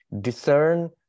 discern